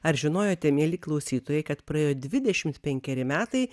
ar žinojote mieli klausytojai kad praėjo dvidešimt penkeri metai